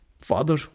Father